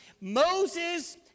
Moses